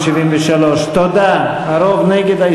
הרוב נגד.